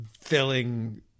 filling